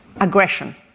aggression